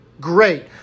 great